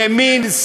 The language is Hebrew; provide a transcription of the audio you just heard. ימין,